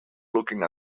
looking